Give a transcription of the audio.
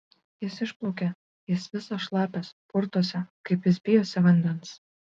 jis išplaukė jis visas šlapias purtosi kaip jis bijosi vandens